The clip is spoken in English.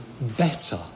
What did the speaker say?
better